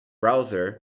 browser